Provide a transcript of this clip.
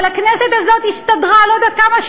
אבל הכנסת הזאת הסתדרה אני לא יודעת כמה,